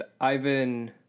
Ivan